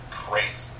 crazy